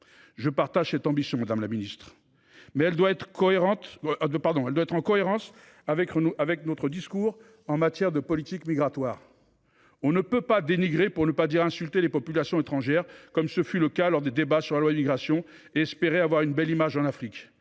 Je partage cette ambition, madame la ministre, mais elle doit être en cohérence avec notre discours en matière de politique migratoire. On ne peut pas dénigrer – pour ne pas dire insulter – les populations étrangères, comme cela a été le cas lors des débats sur le projet de loi sur l’immigration que